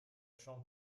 sean